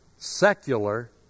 secular